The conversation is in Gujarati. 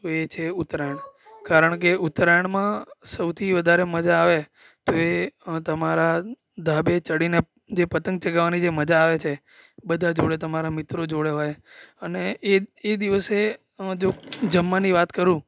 તો એ છે ઉત્તરાયણ કારણ કે ઉત્તરાયણમાં સૌથી વધારે મજા આવે તો એ તમારા ધાબે ચઢીને જે પતંગ ચગાવવાની જે મજા આવે છે બધા જોડે તમારા મિત્રો જોડે હોય અને એ એ દિવસે જમવાની વાત કરું